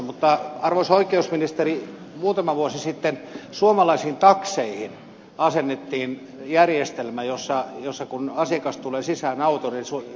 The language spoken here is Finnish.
mutta arvoisa oikeusministeri muutama vuosi sitten suomalaisiin takseihin asennettiin järjestelmä että kun asiakas tulee sisään autoon syntyy kuvatallenne